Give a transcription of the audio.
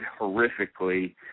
horrifically